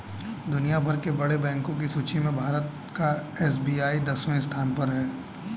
दुनिया भर के बड़े बैंको की सूची में भारत का एस.बी.आई दसवें स्थान पर है